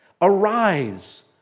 Arise